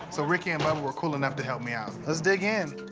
so ricky and bubba were cool enough to help me out. let's dig in.